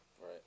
Right